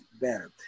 better